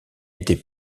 était